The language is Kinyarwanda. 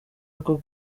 rwo